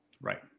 Right